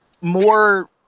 more